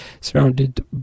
surrounded